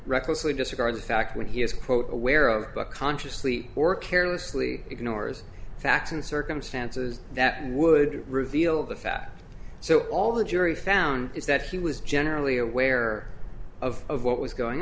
recklessly disregard the fact when he is quote aware of what consciously or carelessly ignores facts and circumstances that would reveal the fact so all the jury found is that he was generally aware of what was going